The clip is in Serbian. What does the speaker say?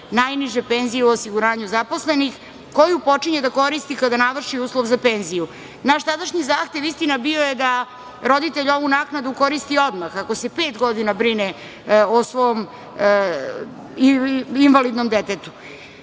najniže penzije u osiguranju zaposlenih, koju počinje da koristi kada navrši uslov za penziju. Naš tadašnji zahtev, istina, bio je da roditelj ovu naknadu koristi odmah, ako se pet godina brine o svom invalidnom detetu. Moje